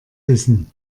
wissen